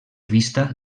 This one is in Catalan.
vista